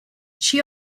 she